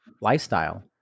lifestyle